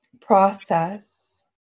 process